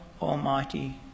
almighty